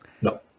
No